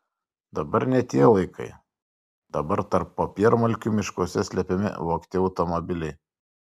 dabar ne tie laikai dabar tarp popiermalkių miškuose slepiami vogti automobiliai